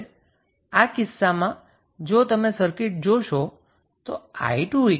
હવે આ કિસ્સામાં જો તમે સર્કિટ જોશો તો 𝑖2−2𝐴 છે